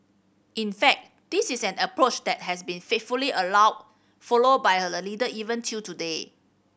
in fact this is an approach that has been faithfully allow follow by our leader even till today